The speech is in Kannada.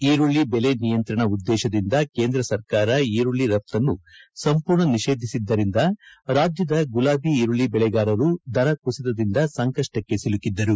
ಈರುಳ್ಳಿ ಬೆಲೆ ನಿಯಂತ್ರಣ ಉದ್ದೇಶದಿಂದ ಕೇಂದ್ರ ಸರ್ಕಾರ ಈರುಳ್ಳಿ ರಫ್ತನ್ನು ಸಂಪೂರ್ಣ ನಿಷೇಧಿಸಿದ್ದರಿಂದ ರಾಜ್ಯದ ಗುಲಾಬಿ ಈರುಳ್ಳಿ ಬೆಳೆಗಾರರು ದರ ಕುಸಿತದಿಂದ ಸಂಕಷ್ಟಕ್ಕೆ ಸಿಲುಕಿದ್ದರು